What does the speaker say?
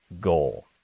goal